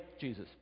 Jesus